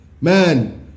Man